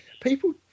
people